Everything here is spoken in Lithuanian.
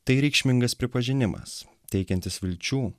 tai reikšmingas pripažinimas teikiantis vilčių